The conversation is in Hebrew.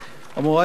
מורי ורבותי,